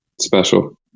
special